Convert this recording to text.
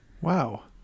Wow